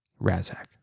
Razak